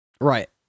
right